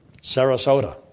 Sarasota